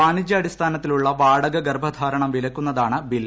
വാണിജ്യാടിസ്ഥാനത്തിലുള്ള വാടക ഗർഭധാരണം വിലക്കുന്നതാണ് ബിൽ